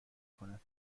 کند